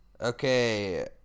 Okay